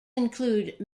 include